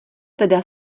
teda